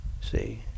See